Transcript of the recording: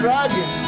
Roger